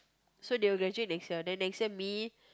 so they will graduate next year then next year me